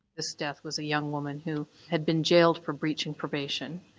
this death was a young woman who had been jailed for breaching probation.